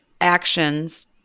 actions